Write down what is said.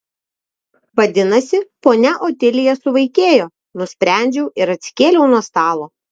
vadinasi ponia otilija suvaikėjo nusprendžiau ir atsikėliau nuo stalo